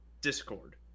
discord